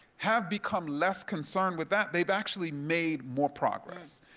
have become less concerned with that, they've actually made more progress.